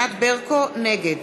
נגד